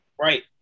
right